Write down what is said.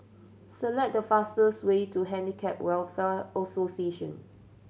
select the fastest way to Handicap Welfare Association